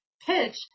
pitch